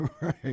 Right